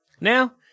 Now